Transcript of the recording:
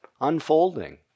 unfolding